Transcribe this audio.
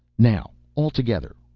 now altogether.